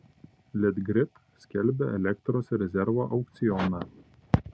litgrid skelbia elektros rezervo aukcioną